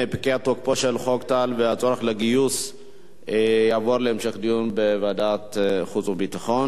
הנושא יעבור להמשך דיון בוועדת החוץ והביטחון.